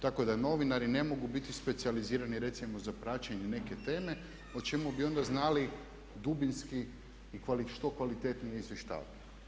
Tako da novinari ne mogu biti specijalizirani recimo za praćenje neke teme o čemu bi onda znali dubinski i što kvalitetnije izvještavati.